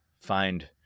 find